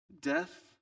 death